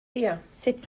sut